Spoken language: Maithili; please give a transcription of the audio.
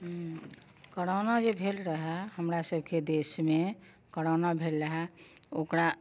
करोना जे भेल रहै हमरा सभकेँ देशमे करोना भेल रहै ओकरा